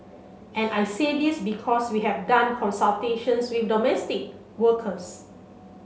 and I say this because we have done consultations with domestic workers